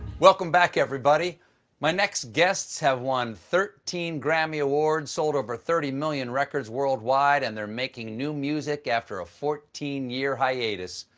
welcome back. my next guests have won thirteen grammy awards, sold over thirty million records worldwide, and they're making new music after a fourteen year hiatus.